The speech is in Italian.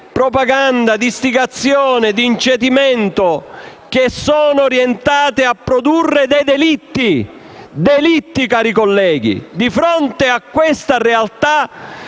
propaganda, di istigazione e di incitamento, e che sono orientate a produrre dei delitti (delitti, cari colleghi!), di fronte a questa realtà,